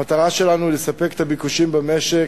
המטרה שלנו היא לספק את הביקושים במשק,